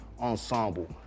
Ensemble